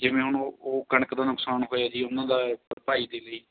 ਜਿਵੇਂ ਹੁਣ ਉਹ ਕਣਕ ਦਾ ਨੁਕਸਾਨ ਹੋਇਆ ਜੀ ਉਹਨਾਂ ਦਾ ਭਰਪਾਈ ਦੇ ਲਈ